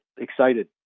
excited